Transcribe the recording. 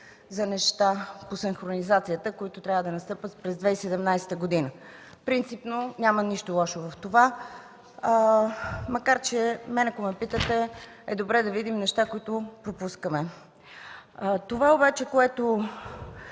за неща по синхронизацията, които трябва да настъпят през 2017 г. Принципно в това няма нищо лошо, макар че ако ме питате, добре е да видим неща, които пропускаме. Това, което